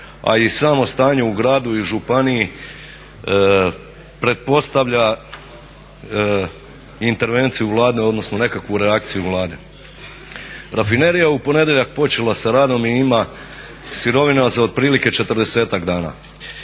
a i samo stanje u gradu i županiji pretpostavlja intervenciju Vlade odnosno nekakvu reakciju Vlade. Rafinerija je u ponedjeljak počela sa radom i ima sirovine za otprilike četrdesetak dana.